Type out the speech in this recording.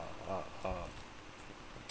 uh uh uh